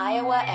Iowa